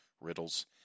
riddles